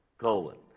Colon